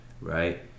Right